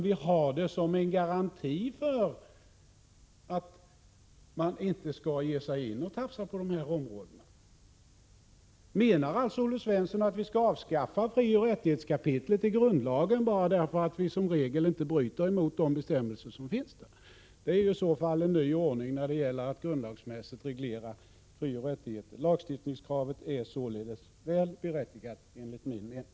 Vi har dem som en garanti för att man inte skall börja tafsa på dessa rättigheter. Menar Olle Svensson att vi skall avskaffa frioch rättighetskapitlet i grundlagen bara därför att vi i regel inte bryter mot de bestämmelser som finns i detta? Det är i så fall en ny ordning för att grundlagsmässigt reglera frioch rättigheter. Kravet på lagstiftning är således enligt min mening väl berättigat.